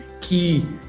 key